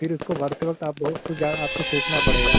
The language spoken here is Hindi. फिर उसको वर्क आपको बहुत कुछ आपको सोचना पड़ेगा